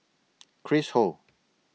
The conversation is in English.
Chris Ho